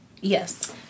yes